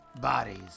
bodies